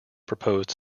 proposed